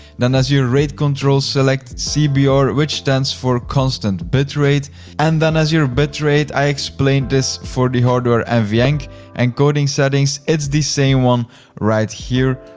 then as your rate control, select cbr, which stands for constant bit rate and then as your bit rate, i explained this for the hardware nvenc encoding settings. it's the same one right here.